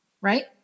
Right